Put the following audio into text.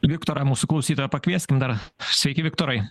viktorą mūsų klausytojai pakvieskim dar sveiki viktorai